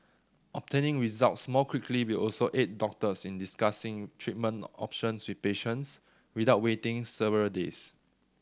obtaining results more quickly will also aid doctors in discussing treatment options with patients without waiting several days